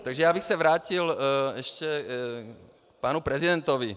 Takže já bych se vrátil ještě k panu prezidentovi.